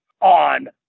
on